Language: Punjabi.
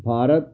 ਭਾਰਤ